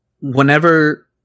whenever